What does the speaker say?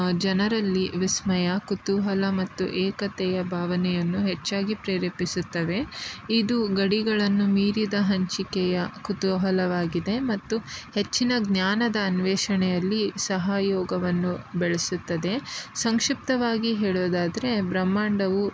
ಜನರಲ್ಲಿ ವಿಸ್ಮಯ ಕುತೂಹಲ ಮತ್ತು ಏಕತೆಯ ಭಾವನೆಯನ್ನು ಹೆಚ್ಚಾಗಿ ಪ್ರೇರೇಪಿಸುತ್ತವೆ ಇದು ಗಡಿಗಳನ್ನು ಮೀರಿದ ಹಂಚಿಕೆಯ ಕುತೂಹಲವಾಗಿದೆ ಮತ್ತು ಹೆಚ್ಚಿನ ಜ್ಞಾನದ ಅನ್ವೇಷಣೆಯಲ್ಲಿ ಸಹಯೋಗವನ್ನು ಬೆಳೆಸುತ್ತದೆ ಸಂಕ್ಷಿಪ್ತವಾಗಿ ಹೇಳೋದಾದರೆ ಬ್ರಹ್ಮಾಂಡವು